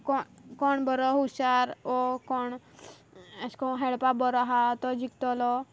कोण कोण बोरो हुशार वो कोण एशें को खेळपा बोरो आसा तो जिकतलो